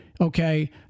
okay